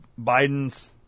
Biden's